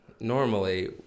normally